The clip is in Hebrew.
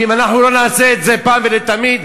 ואם אנחנו לא נעשה את זה פעם ולתמיד,